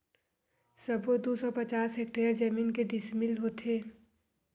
सबो दू सौ पचास हेक्टेयर जमीन के डिसमिल होथे?